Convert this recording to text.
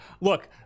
Look